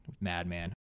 madman